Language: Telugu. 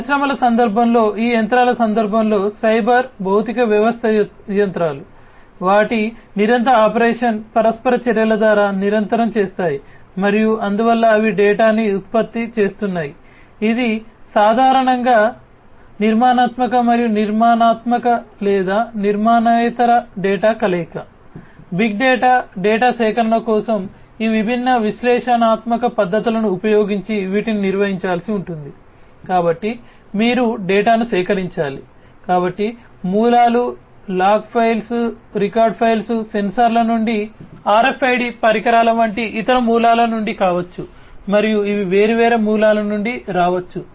పరిశ్రమల సందర్భంలో ఈ యంత్రాల సందర్భంలో సైబర్ భౌతిక వ్యవస్థ యంత్రాలు వంటి ఇతర మూలాల నుండి కావచ్చు మరియు ఇవి వేర్వేరు మూలాల నుండి రావచ్చు